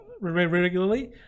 regularly